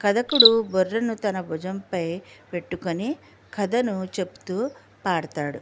కథకుడు బుర్రను తన భుజంపై పెట్టుకుని కథను చెబుతూ పాడతాడు